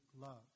love